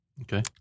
Okay